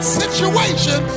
situation